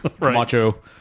Camacho